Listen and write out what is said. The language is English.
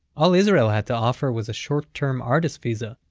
all israel had to offer was a short-term artists' visa,